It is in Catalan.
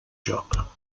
joc